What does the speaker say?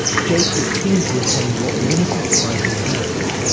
jake is keen to retain what limited site he has!